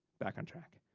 back on track.